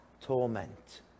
torment